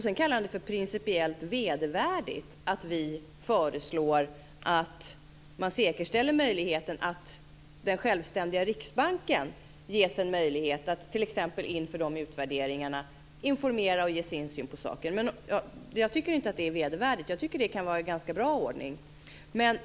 Sedan kallar han det för principiellt vedervärdigt att vi föreslår att man säkerställer att den självständiga riksbanken ges en möjlighet att t.ex. inför utvärderingarna informera och ge sin syn på saken. Jag tycker inte att det är vedervärdigt. Jag tycker att det kan vara en ganska bra ordning.